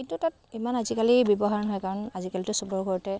কিন্তু তাত ইমান আজিকালি ব্যৱহাৰ নহয় কাৰণ আজিকালিতো সবৰে ঘৰতে